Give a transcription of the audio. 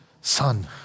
son